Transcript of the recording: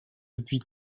depuis